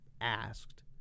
asked